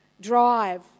drive